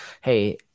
Hey